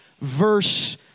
verse